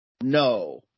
no